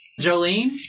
Jolene